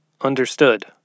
Understood